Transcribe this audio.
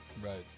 Right